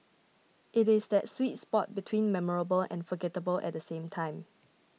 it is that sweet spot between memorable and forgettable at the same time